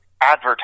advertise